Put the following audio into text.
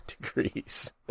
degrees